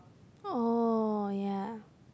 oh ya